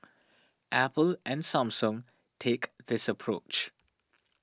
Apple and Samsung take this approach